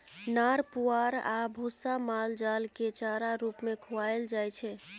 नार पुआर आ भुस्सा माल जालकेँ चारा रुप मे खुआएल जाइ छै